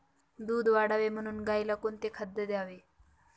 दूध वाढावे म्हणून गाईला कोणते खाद्य द्यावे?